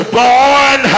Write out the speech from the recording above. born